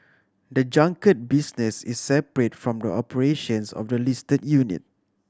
the junket business is separate from the operations of the listed unit